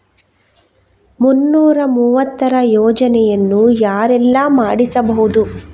ಮುನ್ನೂರ ಮೂವತ್ತರ ಯೋಜನೆಯನ್ನು ಯಾರೆಲ್ಲ ಮಾಡಿಸಬಹುದು?